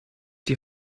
die